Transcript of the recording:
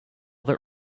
that